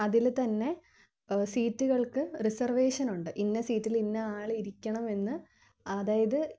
അതിൽ തന്നെ സീറ്റുകൾക്ക് റിസർവേഷനുമുണ്ട് ഇന്ന സീറ്റിൽ ഇന്ന ആൾ ഇരിക്കണം എന്ന് അതായത്